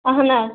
اہن حظ